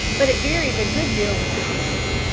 but it varies a good deal with the seasons.